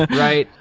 right?